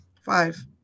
Five